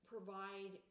provide